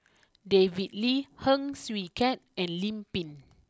David Lee Heng Swee Keat and Lim Pin